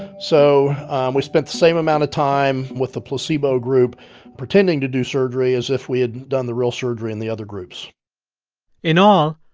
so um we spent the same amount of time with the placebo group pretending to do surgery as if we had done the real surgery in the other groups in all,